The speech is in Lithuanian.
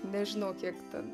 nežinau kiek ten